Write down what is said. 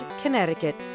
Connecticut